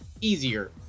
easier